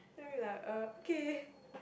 then we like uh okay